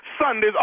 Sundays